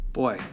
boy